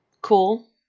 Cool